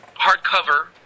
hardcover